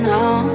Now